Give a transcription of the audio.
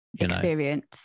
experience